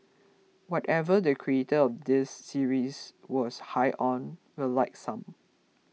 whatever the creator of this series was high on we'd like some